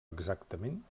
exactament